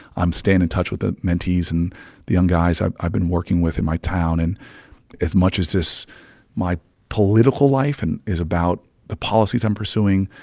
i'm staying in touch with the mentees and the young guys i've i've been working with in my town. and as much as this my political life and is about the policies i'm pursuing,